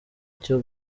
cyo